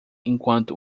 enquanto